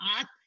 up